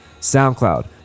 soundcloud